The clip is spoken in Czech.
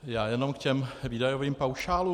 Já jenom k těm výdajovým paušálům.